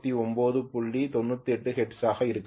98 ஹெர்ட்ஸாக இருக்கலாம்